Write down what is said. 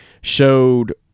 showed